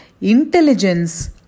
intelligence